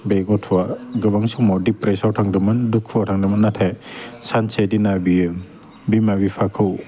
बे गथ'वा गोबां समाव डिप्रेसाव थांदोंमोन दुखुवाव थांदोंमोनो नाथाय सानसे दिना बियो बिमा बिफाखौ